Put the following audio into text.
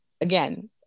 again